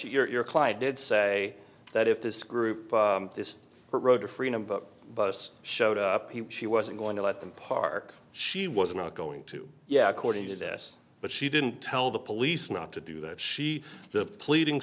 get your client did say that if this group this bust showed up he wasn't going to let them park she was not going to yeah according to this but she didn't tell the police not to do that she pleading